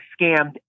scammed